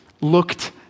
looked